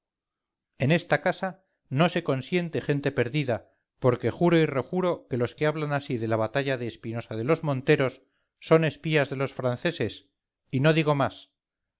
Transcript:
en esta casa no se consiente gente perdida porque juro y rejuro que los que hablan así de la batalla de espinosa de los monteros son espías de los franceses y no digo más